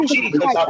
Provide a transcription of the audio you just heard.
Jesus